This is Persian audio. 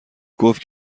گفت